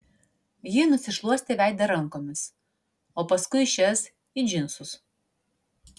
ji nusišluostė veidą rankomis o paskui šias į džinsus